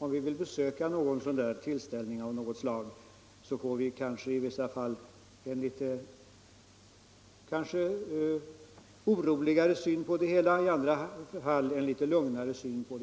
Genom att besöka tillställningar av dessa slag kan vi kanske i vissa fall få en ”oroande” syn på verksamheten, i andra fall kan vi däremot få en lugnare syn på